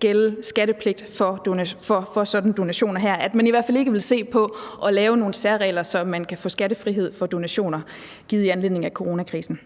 gælde skattepligt for sådanne donationer; at man i hvert fald ikke vil se på at lave nogle særregler, så der er skattefrihed for donationer givet i anledning af coronakrisen.